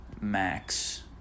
Max